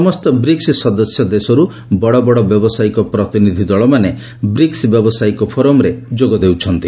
ସମସ୍ତ ବ୍ରିକ୍ସ ସଦସ୍ୟ ଦେଶରୁ ବଡ଼ବଡ଼ ବ୍ୟବସାୟିକ ପ୍ରତିନିଧି ଦଳମାନେ ବ୍ରିକ୍ସ ବ୍ୟବସାୟିକ ଫୋରମରେ ଯୋଗଦେଉଛନ୍ତି